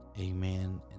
amen